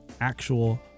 actual